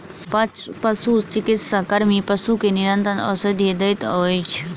पशुचिकित्सा कर्मी पशु के निरंतर औषधि दैत अछि